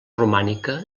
romànica